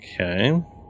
Okay